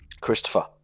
Christopher